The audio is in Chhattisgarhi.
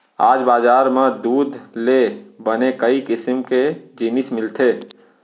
आज बजार म दूद ले बने कई किसम के जिनिस मिलथे